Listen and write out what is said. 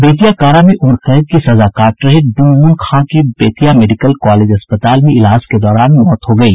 बेतिया कारा में उम्र कैद की सजा काट रहे डुनमुन खां की बेतिया मेडिकल कॉलेज अस्पताल में इलाज के दौरान मौत हो गयी